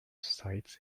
sites